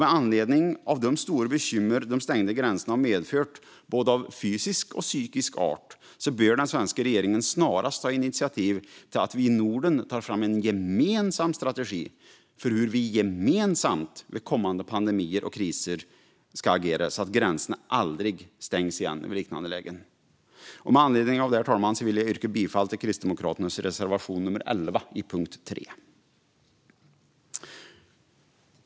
Med anledning av de stora bekymmer de stängda gränserna har medfört av både fysisk och psykisk art bör den svenska regeringen snarast ta initiativ till att vi i Norden tar fram en gemensam strategi för hur vi ska agera gemensamt vid kommande pandemier och kriser, så att gränserna aldrig stängs igen vid liknande lägen. Med anledning av detta, herr talman, vill jag yrka bifall till Kristdemokraternas reservation nummer 11 under punkt 3.